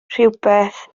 rhywbeth